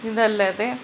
ಇದಲ್ಲದೇ